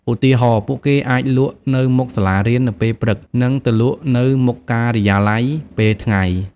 ឧទាហរណ៍ ពួកគេអាចលក់នៅមុខសាលារៀននៅពេលព្រឹកនិងទៅលក់នៅមុខការិយាល័យពេលថ្ងៃ។